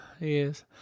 Yes